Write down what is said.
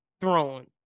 throne